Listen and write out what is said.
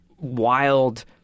wild